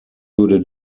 würde